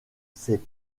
ses